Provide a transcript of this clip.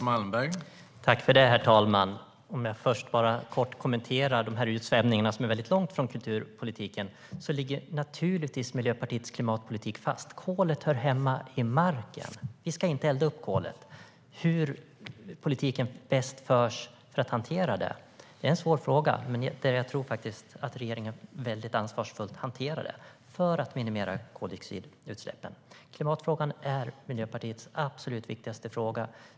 Herr talman! Låt mig först kort kommentera utsvävningarna, som är väldigt långt från kulturpolitiken. Naturligtvis ligger Miljöpartiets klimatpolitik fast. Kolet hör hemma i marken. Vi ska inte elda upp kolet. Hur politiken bäst förs för att hantera det är en svår fråga, men jag tror att regeringen hanterar det på ett mycket ansvarsfullt sätt just för att minimera koldioxidutsläppen. Klimatfrågan är Miljöpartiets absolut viktigaste fråga.